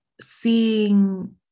seeing